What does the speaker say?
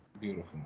beautiful